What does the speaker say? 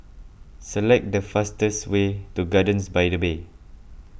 select the fastest way to Gardens by the Bay